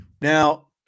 now